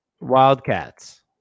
Wildcats